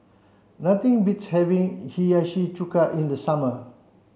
nothing beats having Hiyashi Chuka in the summer